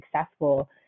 successful